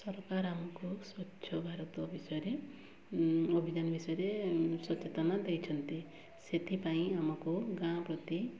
ସରକାର ଆମକୁ ସ୍ୱଚ୍ଛ ଭାରତ ବିଷୟରେ ଅଭିଯାନ ବିଷୟରେ ସଚେତନା ଦେଇଛନ୍ତି ସେଇଥିପାଇଁ ଆମକୁ ଗାଁ ପ୍ରତି